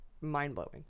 mind-blowing